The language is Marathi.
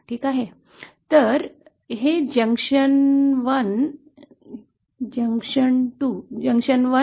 ठीक आहे तर् हे जंक्शन 1 जंक्शन 2 आहे